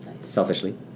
Selfishly